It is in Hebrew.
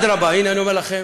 ואדרבה, הנה, אני אמר לכם